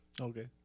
Okay